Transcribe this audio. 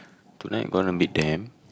tonight gonna me damn